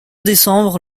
décembre